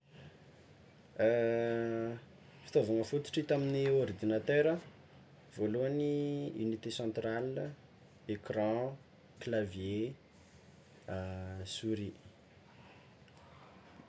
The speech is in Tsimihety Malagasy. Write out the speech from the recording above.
Fitaovagna fototro hita amin'ny ôrdinatera: voalohagny unité central, ecran, clavier, sourie.